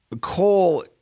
Coal